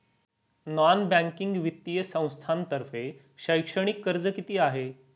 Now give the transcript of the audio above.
Non banking वित्तीय संस्थांतर्फे शैक्षणिक कर्ज किती आहे?